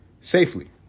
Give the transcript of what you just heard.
safely